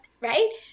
right